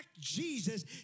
Jesus